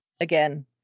again